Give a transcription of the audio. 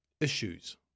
issues